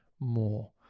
More